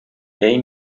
aim